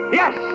yes